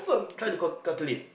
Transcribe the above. try to cal~ calculate